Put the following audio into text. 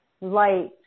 light